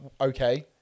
Okay